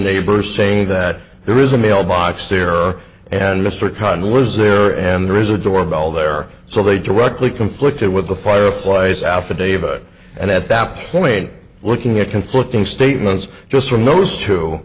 neighbor saying that there is a mailbox there and mr khan was there and there is a doorbell there so they directly conflict it with the fireflies affidavit and at that point looking at conflicting statements just from those two